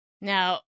Now